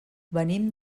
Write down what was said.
venim